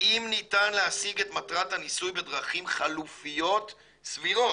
'אם ניתן להשיג את מטרת הניסוי בדרכים חלופיות סבירות'.